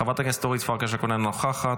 חברת הכנסת אורית פרקש הכהן, אינה נוכחת,